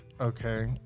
Okay